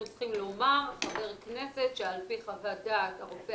היינו צריכים לומר: חבר כנסת שעל פי חוות דעת רופא